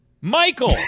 Michael